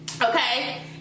Okay